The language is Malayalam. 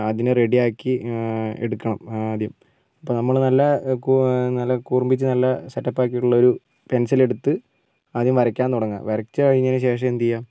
അതിനെ റെഡിയാക്കി എടുക്കണം ആദ്യം അപ്പോൾ നമ്മൾ നല്ല നല്ല കൂർപ്പിച്ച് നല്ല സെറ്റപ്പ് ആക്കിയിട്ടുള്ളൊരു പെൻസിലെടുത്ത് ആദ്യം വരയ്ക്കാൻ തുടങ്ങുക വരച്ചു കഴിഞ്ഞതിന് ശേഷം എന്തു ചെയ്യുക